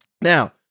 Now